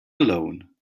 alone